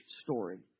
story